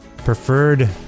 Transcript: preferred